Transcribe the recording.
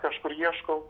kažkur ieškau